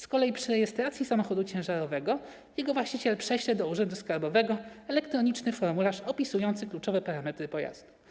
Z kolei przy rejestracji samochodu ciężarowego jego właściciel będzie przesyłał do urzędu skarbowego elektroniczny formularz opisujący kluczowe parametry pojazdu.